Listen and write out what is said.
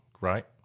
right